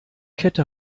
kette